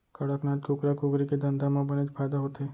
कड़कनाथ कुकरा कुकरी के धंधा म बनेच फायदा होथे